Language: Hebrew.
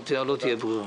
לא תהיה ברירה.